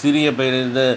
சிறிய பயிர் இது